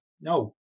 No